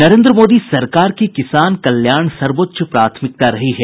नरेन्द्र मोदी सरकार की किसान कल्याण सर्वोच्च प्राथमिकता रही है